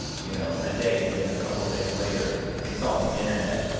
you know, a day, and then a couple days later it's on the internet,